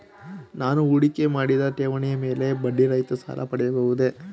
ನಾನು ಹೂಡಿಕೆ ಮಾಡಿದ ಠೇವಣಿಯ ಮೇಲೆ ಬಡ್ಡಿ ರಹಿತ ಸಾಲ ಪಡೆಯಬಹುದೇ?